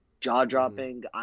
jaw-dropping